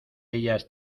ellas